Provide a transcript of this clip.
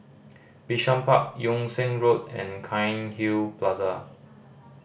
Bishan Park Yung Sheng Road and Cairnhill Plaza